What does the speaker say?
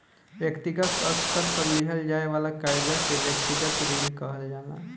व्यक्तिगत स्तर पर लिहल जाये वाला कर्जा के व्यक्तिगत ऋण कहल जाला